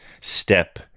step